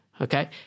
okay